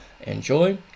Enjoy